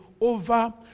over